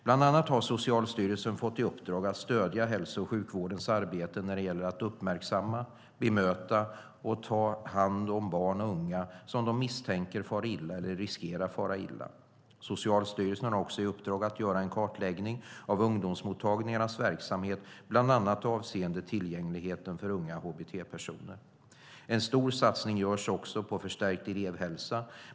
Bland annat har Socialstyrelsen fått i uppdrag att stödja hälso och sjukvårdens arbete när det gäller att uppmärksamma, bemöta och ta hand om barn och unga som man misstänker far illa eller riskerar att fara illa. Socialstyrelsen har också i uppdrag att göra en kartläggning av ungdomsmottagningarnas verksamhet, bland annat avseende tillgänglighet för unga hbt-personer. En stor satsning görs också på förstärkt elevhälsa.